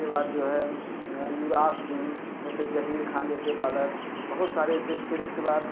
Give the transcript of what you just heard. उसके बाद जो है युवराज सिंह ऐसे जहीर खान जैसे बालर बहुत सारे ऐसे फिर उसके बाद